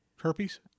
Herpes